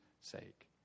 sake